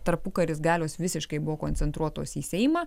tarpukaris galios visiškai buvo koncentruotos į seimą